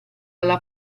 alla